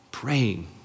Praying